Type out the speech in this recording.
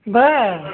बरं